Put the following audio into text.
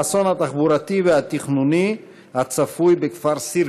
הנושא: האסון התחבורתי והתכנוני הצפוי בכפר סירקין.